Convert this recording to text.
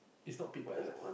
is not paid by us